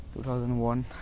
2001